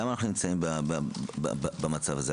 למה אנחנו שוב במצב הזה?